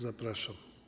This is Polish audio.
Zapraszam.